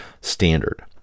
standard